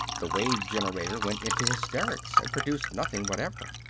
the wave-generator went into hysterics and produced nothing whatever.